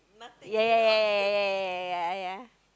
ya ya ya ya ya ya !aiya!